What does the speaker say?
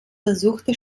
versuchte